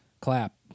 Clap